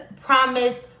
promised